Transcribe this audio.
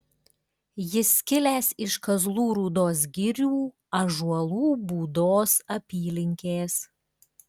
jis kilęs iš kazlų rūdos girių ąžuolų būdos apylinkės